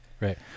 right